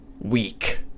weak